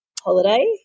holiday